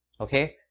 Okay